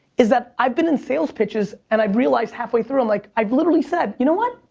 is that i've been in sales pitches and i realized halfway through i'm like, i've literally said, you know what?